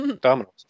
Dominoes